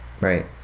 Right